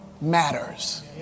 matters